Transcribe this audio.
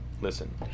Listen